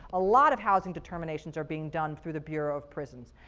a lot of housing determinations are being done through the bureau of prisons.